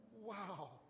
wow